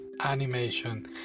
animation